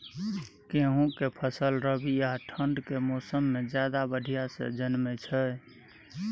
गेहूं के फसल रबी आ ठंड के मौसम में ज्यादा बढ़िया से जन्में छै?